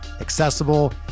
accessible